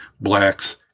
blacks